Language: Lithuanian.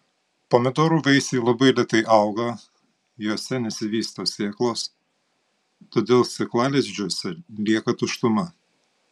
pomidorų vaisiai labai lėtai auga juose nesivysto sėklos todėl sėklalizdžiuose lieka tuštuma